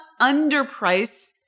underprice